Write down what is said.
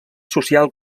social